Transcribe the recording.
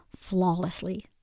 flawlessly